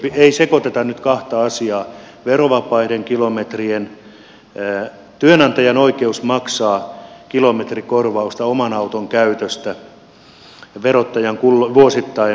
ei sekoiteta nyt kahta asiaa työnantajien oikeutta maksaa kilometrikorvausta oman auton käytöstä verottajan vuosittain vahvistaman mukaan ja verovähennysoikeutta